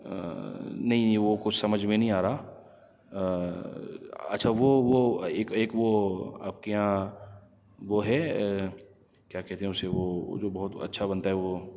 نہیں نہیں وہ کچھ سمجھ میں نہیں آ رہا اچھا وہ وہ ایک ایک وہ آپ کے یہاں وہ ہے کیا کہتے ہیں اسے وہ جو بہت اچھا بنتا ہے وہ